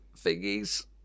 thingies